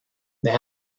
they